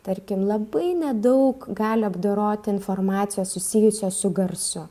tarkim labai nedaug gali apdoroti informacijos susijusios su garsu